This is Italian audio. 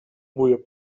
buio